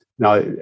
Now